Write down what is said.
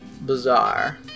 Bizarre